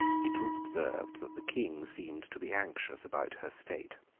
it was observed that the king seemed to be anxious about her state.